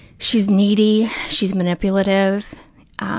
she's needy. she's manipulative.